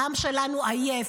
העם שלנו עייף,